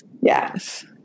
yes